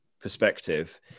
perspective